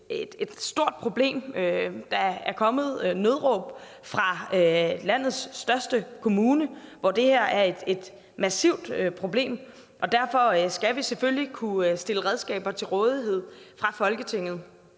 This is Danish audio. et stort problem. Der er kommet et nødråb fra landets største kommune om, at det her er et massivt problem. Derfor skal vi selvfølgelig kunne stille redskaber til rådighed fra Folketingets